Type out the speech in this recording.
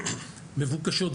מבוקשות,